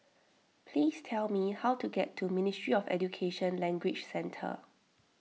please tell me how to get to Ministry of Education Language Centre